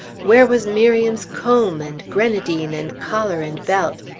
where was miriam's comb, and grenadine, and collar, and belt?